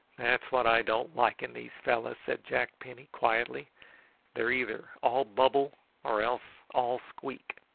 that's what i don't like in these fellows, said jack penny quietly they're either all bubble or else all squeak.